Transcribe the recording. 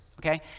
okay